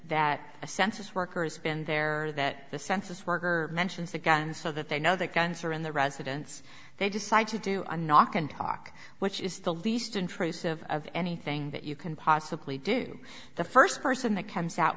that a census workers have been there or that the census worker mentions a gun so that they know that guns are in the residence they decide to do a knock and talk which is the least intrusive of anything that you can possibly do the first person that comes out